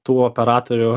tų operatorių